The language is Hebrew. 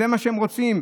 זה מה שהם רוצים.